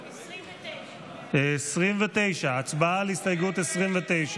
29. 29. הצבעה על הסתייגות 29,